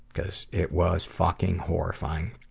because it was fucking horrifying.